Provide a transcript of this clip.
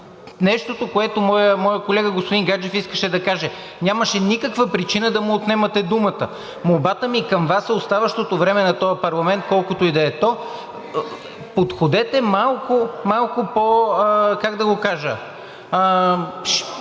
нещото, което моят колега господин Гаджев искаше да каже. Нямаше никаква причина да му отнемате думата. Молбата ми към Вас е в оставащото време на този парламент, колкото и да е то – подходете малко по-естествено и